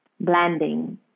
blending